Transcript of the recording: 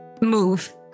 move